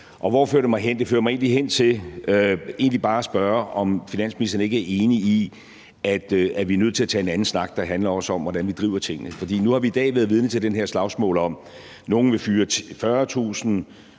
Hvor fører det mig hen? Det fører mig hen til egentlig bare at spørge, om finansministeren ikke er enig i, at vi er nødt til at tage en anden snak, der også handler om, hvordan vi driver tingene. Nu har vi i dag været vidne til det her slagsmål, hvor nogle vil fyre 40.000